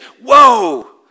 whoa